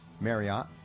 Marriott